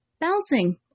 bouncing